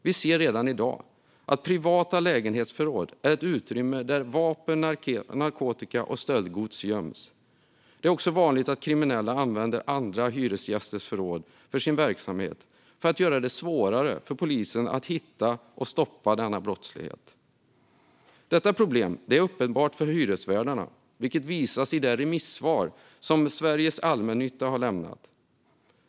Vi ser redan i dag att privata lägenhetsförråd är ett utrymme där vapen, narkotika och stöldgods göms. Det är också vanligt att kriminella använder andra hyresgästers förråd för sin verksamhet för att göra det svårare för polisen att hitta och stoppa denna brottslighet. Detta problem är uppenbart för hyresvärdarna, vilket visas i det remissvar som Sveriges Allmännytta har lämnat.